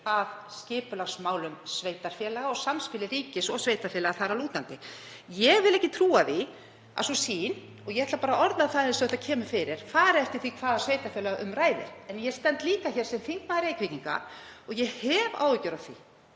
að skipulagsmálum sveitarfélaga og samspili ríkis og sveitarfélaga þar að lútandi. Ég vil ekki trúa því að sú sýn, og ég ætla bara að orða það eins og þetta kemur fyrir, fari eftir því hvaða sveitarfélög um ræðir. En ég stend líka hér sem þingmaður Reykvíkinga og hef áhyggjur af því